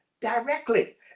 directly